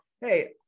hey